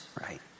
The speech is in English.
right